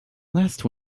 last